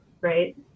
right